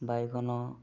ବାଇଗଣ